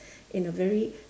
in a very